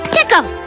Tickle